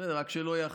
בסדר, רק שלא יאחר.